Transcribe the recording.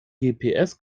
gps